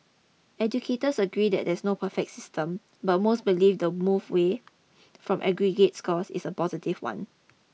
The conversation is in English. educators agree there is no perfect system but most believe the move away from aggregate scores is a positive one